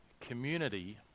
Community